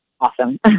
awesome